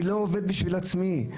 אני לא עובד בשביל עצמי.